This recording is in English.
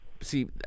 See